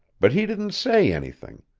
but he didn't say anything,